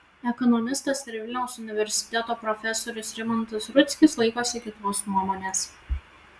ekonomistas ir vilniaus universiteto profesorius rimantas rudzkis laikosi kitos nuomonės